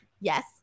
Yes